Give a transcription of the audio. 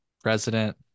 President